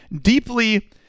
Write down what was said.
deeply